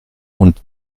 und